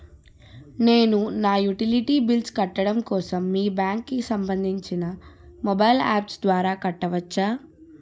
నేను నా utility bills కట్టడం కోసం మీ బ్యాంక్ కి సంబందించిన మొబైల్ అప్స్ ద్వారా కట్టవచ్చా?